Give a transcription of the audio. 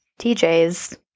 TJ's